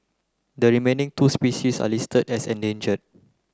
the remaining two species are listed as endangered